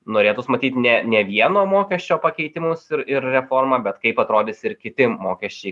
norėtųsi matyt ne ne vieno mokesčio pakeitimus ir ir reformą bet kaip atrodys ir kiti mokesčiai